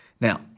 Now